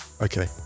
Okay